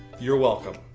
you're welcome.